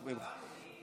קראנו.